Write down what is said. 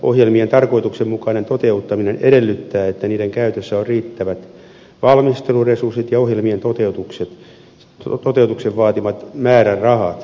ohjelmien tarkoituksenmukainen toteuttaminen edellyttää että niiden käytössä on riittävät valmisteluresurssit ja ohjelmien toteutuksen vaatimat määrärahat